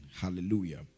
Hallelujah